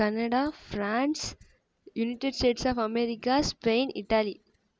Canada France United States of America Spain Italy